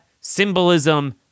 symbolism